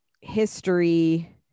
history